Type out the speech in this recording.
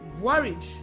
worried